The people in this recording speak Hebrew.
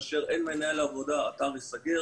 כאשר אין מנהל עבודה האתר ייסגר.